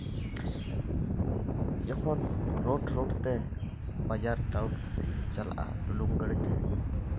ᱡᱚᱠᱷᱚᱱ ᱨᱳᱰ ᱨᱳᱰᱛᱮ ᱵᱟᱡᱟᱨ ᱴᱟᱣᱩᱱ ᱠᱚᱥᱮᱫ ᱤᱧ ᱪᱟᱞᱟᱜᱼᱟ ᱰᱩᱞᱩᱝ ᱜᱟᱹᱰᱤᱛᱮ